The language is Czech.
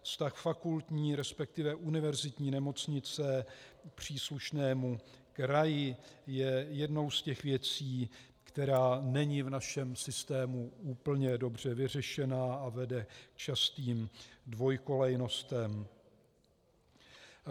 Vztah fakultní, resp. univerzitní nemocnice k příslušnému kraji je jednou z těch věcí, která není v našem systému úplně dobře vyřešená a vede k častým dvojkolejnostem.